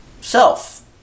self